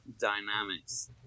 dynamics